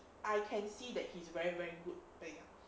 I can see that he's very very good later